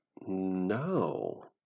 No